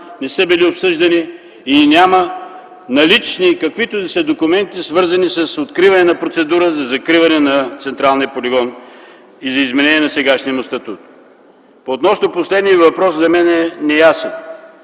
не са били обсъждани и няма налични каквито и да са документи, свързани с откриване на процедура за закриване на Централния полигон и за изменение на сегашния му статут. Относно последния Ви въпрос, за мен не е ясно